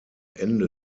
ende